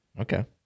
Okay